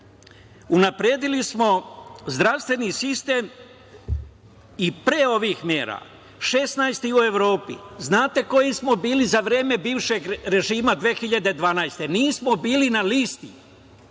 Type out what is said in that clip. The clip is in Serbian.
unapredili smo zdravstveni sistem i pre ovih mera, 16 smo u Evropi. Znate li koji smo bili za vreme bivšeg režima 2012. godine? Nismo bili na listi,